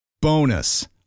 Bonus